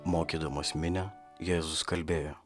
mokydamas minią jėzus kalbėjo